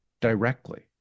directly